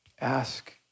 Ask